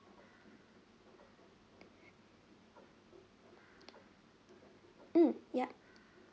mm yup